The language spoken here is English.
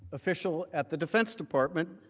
official at the defense department,